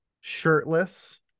shirtless